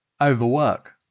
overwork